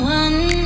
one